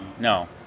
no